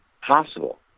possible